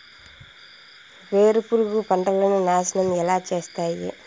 వేరుపురుగు పంటలని నాశనం ఎలా చేస్తాయి?